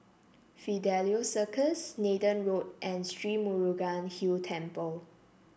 Fidelio Circus Nathan Road and Sri Murugan Hill Temple